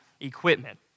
equipment